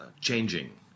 changing